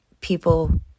people